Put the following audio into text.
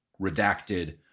redacted